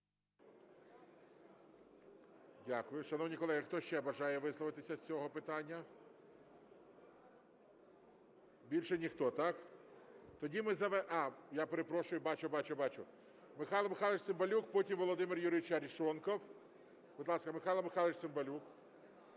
Дякую. Шановні колеги, хто ще бажає висловитися з цього питання? Більше ніхто, так? Я перепрошую, бачу, бачу, бачу. Михайло Михайлович Цимбалюк, потім Володимир Юрійович Арешонков. Будь ласка, Михайло Михайлович Цимбалюк,